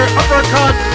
uppercut